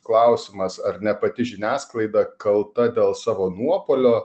klausimas ar ne pati žiniasklaida kalta dėl savo nuopuolio